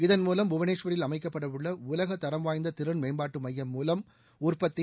இதன் மூலம் புவனேஷ்வரில் அமைக்கப்படவுள்ள உலக தரம் வாய்ந்த திறன் மேம்பாட்டு மையம் மூலம் உற்பத்தி